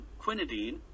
quinidine